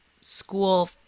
school